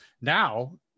Now